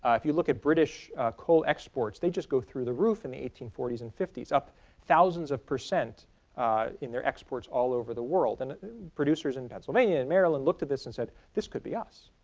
if you look at british coal exports they just go through the roof in the eighteen forty s and fifty s, up thousands of percent in their exports all over the world. and producers in pennsylvania and maryland looked at this and said this could be us.